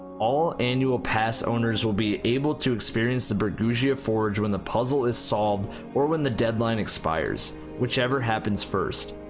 all annual pass owners will be able to experience the bergusia forge when the puzzle is solved or when the deadline expires whichever happens first.